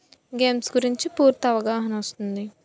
games గురించి పూర్తి అవగాహన వస్తుంది